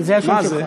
מה זה?